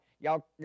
y'all